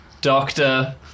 doctor